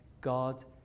God